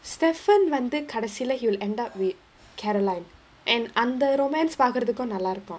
stefan வந்து கடசில:vandhu kadasila he will end up with caroline and அந்த:andha romance பாக்குறதுக்கும் நல்லாருக்கும்:paakkurathukkum nallarukkum